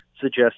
suggest